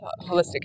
holistic